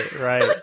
right